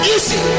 Easy